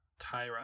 Tyra